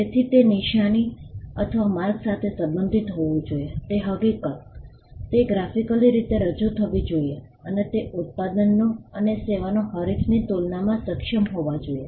તેથી તે નિશાની અથવા માર્ક સાથે સંબંધિત હોવું જોઈએ તે હકીકત તે ગ્રાફિકલી રીતે રજૂ થવી જોઈએ અને તે ઉત્પાદનો અને સેવાઓ હરીફની તુલનામાં સક્ષમ હોવા જોઈએ